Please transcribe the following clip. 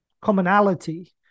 commonality